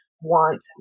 want